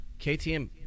KTM